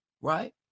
Right